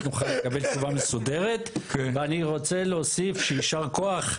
נוכל לקבל תשובה מסודרת ואני רוצה להוסיף שיישר כוח,